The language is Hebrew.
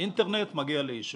אינטרנט מגיע לאישור.